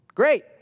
great